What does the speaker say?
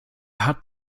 hat